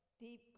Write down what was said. deep